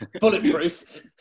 Bulletproof